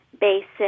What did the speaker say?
basic